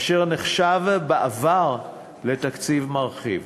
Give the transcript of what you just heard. אשר נחשב בעבר לתקציב מרחיב.